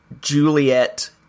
Juliet